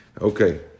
Okay